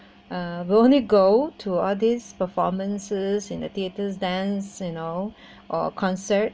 uh will only go to all this performances in the theatre's dance you know or concert